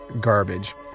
garbage